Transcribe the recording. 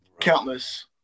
countless